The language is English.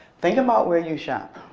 think about where you shop.